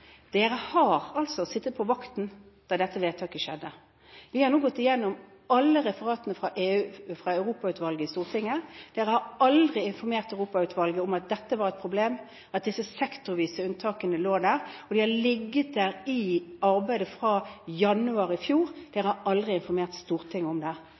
Dere satt altså på vakten da dette vedtaket skjedde. Vi har nå gått igjennom alle referatene fra Europautvalget i Stortinget. Dere har aldri informert Europautvalget om at dette var et problem, at disse sektorvise unntakene lå der, og de har ligget der i arbeidet fra januar i fjor. Dere har aldri informert Stortinget om det.